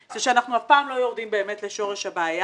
זה שאנחנו אף פעם לא יורדים באמת לשורש הבעיה.